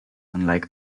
unlike